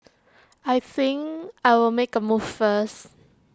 I think I'll make A move first